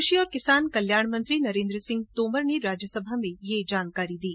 कृषि और किसान कल्याण मंत्री नरेन्द्र सिंह तोमर ने राज्यसभा में ये जानकारी दी